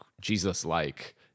Jesus-like